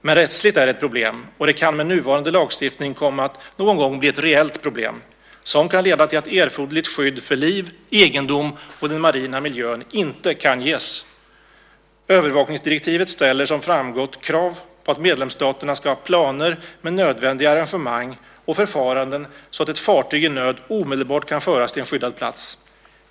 Men rättsligt är det ett problem och det kan med nuvarande lagstiftning komma att någon gång bli ett reellt problem, som kan leda till att erforderligt skydd för liv, egendom och den marina miljön inte kan ges. Övervakningsdirektivet ställer, som framgått, krav på att medlemsstaterna skall ha planer med nödvändiga arrangemang och förfaranden så att ett fartyg i nöd omedelbart kan föras till en skyddad plats.